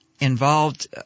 involved